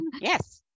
Yes